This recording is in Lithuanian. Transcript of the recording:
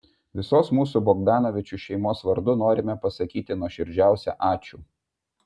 visos mūsų bogdanovičių šeimos vardu norime pasakyti nuoširdžiausią ačiū